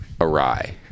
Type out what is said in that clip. awry